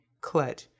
clutch